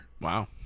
wow